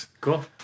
Cool